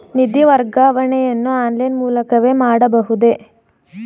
ನಿಧಿ ವರ್ಗಾವಣೆಯನ್ನು ಆನ್ಲೈನ್ ಮೂಲಕವೇ ಮಾಡಬಹುದೇ?